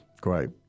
great